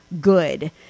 good